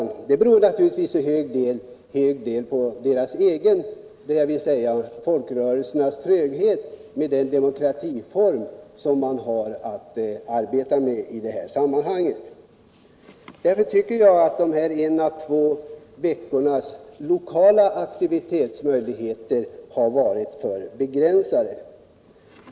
Det beror naturligtvis till en del på folkrörelsernas egen tröghet med den demokratiform som de har att arbeta med i det här sammanhanget. Därför tycker jag att de en å två veckors lokala aktivitetsmöjligheterna har varit för begränsade.